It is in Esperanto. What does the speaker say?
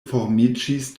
formiĝis